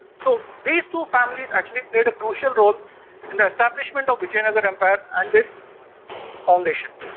so these two families actually played a crucial role in the establishment of vijayanagara empire and its foundation,